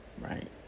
right